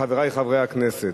חברי חברי הכנסת,